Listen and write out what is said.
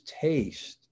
taste